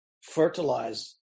fertilize